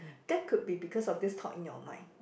that could be because of this thought in your mind